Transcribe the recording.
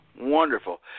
Wonderful